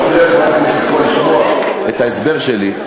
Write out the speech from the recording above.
אתה מפריע לחברת הכנסת קול לשמוע את ההסבר שלי.